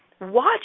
watch